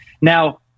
Now